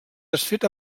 desfet